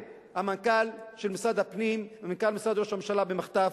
המנכ"ל של משרד הפנים ומנכ"ל משרד ראש הממשלה קיבלו במחטף